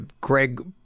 greg